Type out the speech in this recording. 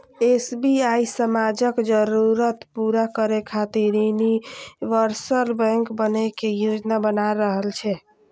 SBI समाजक जरूरत पूरा करै खातिर यूनिवर्सल बैंक बनै के योजना बना रहल छै